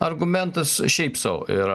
argumentas šiaip sau yra